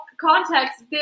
context